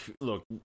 look